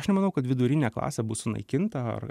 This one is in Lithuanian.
aš nemanau kad vidurinė klasė bus sunaikinta ar